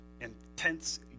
intense